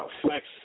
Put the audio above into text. flex